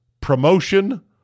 promotion